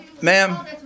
ma'am